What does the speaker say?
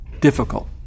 difficult